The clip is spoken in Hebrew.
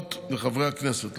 חברות וחברי הכנסת,